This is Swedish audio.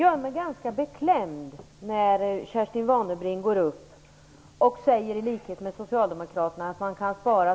Fru talman!